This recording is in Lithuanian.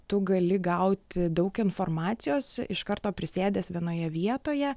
tu gali gauti daug informacijos iš karto prisėdęs vienoje vietoje